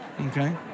Okay